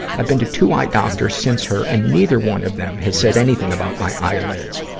i've been to two eye doctors since her and neither one of them has said anything about my eye lids.